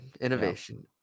innovation